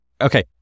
okay